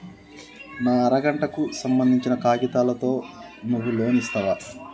నా అర గంటకు సంబందించిన కాగితాలతో నువ్వు లోన్ ఇస్తవా?